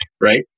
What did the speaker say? Right